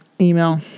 email